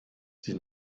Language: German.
sie